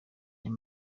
ayo